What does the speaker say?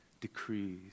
decrees